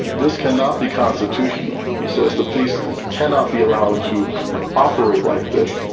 this cannot be constitutional. he says the police cannot be allowed to operate like this.